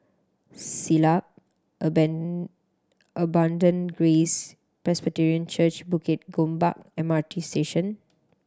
Siglap Abundant Grace Presbyterian Church Bukit Gombak M R T Station